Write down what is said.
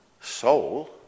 soul